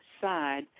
side